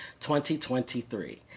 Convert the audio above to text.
2023